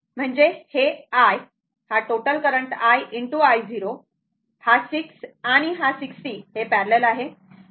म्हणजे हे i हा टोटल करंट i ✕ i 0 हा 6 आणि हा 60 पॅरलल आहे